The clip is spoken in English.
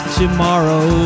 tomorrow